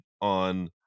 on